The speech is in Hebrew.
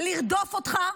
לרדוף אותך,